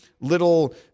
little